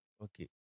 Okay